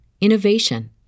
innovation